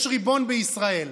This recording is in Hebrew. יש ריבון בישראל.